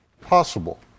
possible